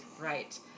right